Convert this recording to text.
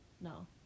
No